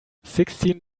sixteen